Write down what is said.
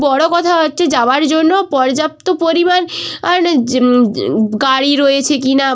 বড় কথা হচ্ছে যাওয়ার জন্য পর্যাপ্ত পরিমাণ আন য্ গাড়ি রয়েছে কি না